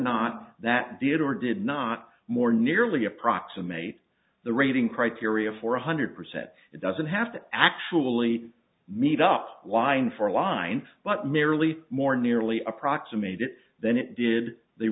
not that did or did not more nearly approximate the rating criteria for one hundred percent it doesn't have to actually meet up line for line but merely more nearly approximate it than it did the